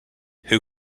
who